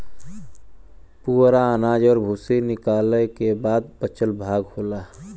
पुवरा अनाज और भूसी निकालय क बाद बचल भाग होला